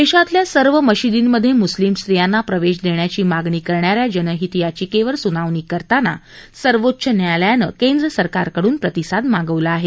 देशातल्या सर्व मशिर्दींमध्ये मुस्लिम स्त्रियांना प्रवेश देण्याची मागणी करणाऱ्या जनहित याचिकेवर सुनावणी करताना सर्वोच्च न्यायालयानं केंद्रसरकारकडून प्रतिसाद मागवला आहे